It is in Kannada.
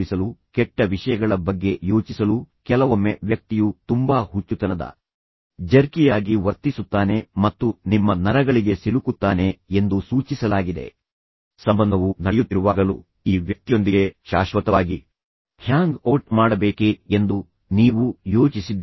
ಈಗ ಅದನ್ನು ಎದುರಿಸಲು ಕೆಟ್ಟ ವಿಷಯಗಳ ಬಗ್ಗೆ ಯೋಚಿಸಲು ಕೆಲವೊಮ್ಮೆ ವ್ಯಕ್ತಿಯು ತುಂಬಾ ಹುಚ್ಚುತನದ ಜರ್ಕಿಯಾಗಿ ವರ್ತಿಸುತ್ತಾನೆ ಮತ್ತು ನಿಮ್ಮ ನರಗಳಿಗೆ ಸಿಲುಕುತ್ತಾನೆ ಎಂದು ಸೂಚಿಸಲಾಗಿದೆ ಸಂಬಂಧವು ನಡೆಯುತ್ತಿರುವಾಗಲೂ ನೀವು ಈ ವ್ಯಕ್ತಿಯೊಂದಿಗೆ ಶಾಶ್ವತವಾಗಿ ಹ್ಯಾಂಗ್ ಔಟ್ ಮಾಡಬೇಕೇ ಎಂದು ನೀವು ಯೋಚಿಸಿದ್ದೀರಿ